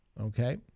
Okay